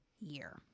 year